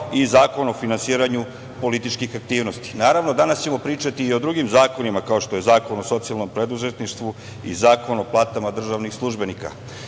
i Zakon o finansiranju političkih aktivnosti. Naravno, danas ćemo pričati i o drugim zakonima kao što je Zakon o socijalnom preduzetništvu i Zakon o platama državnih službenika. Ja